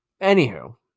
Anywho